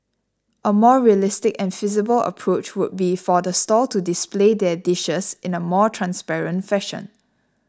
a more realistic and feasible approach would be for the stall to display their dishes in a more transparent fashion